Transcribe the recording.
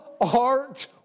art